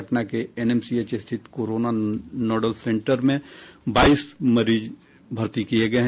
पटना के एनएमसीएच स्थित corona nodal centre में बाईस मरीज भर्ती किये गये हैं